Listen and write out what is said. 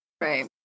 Right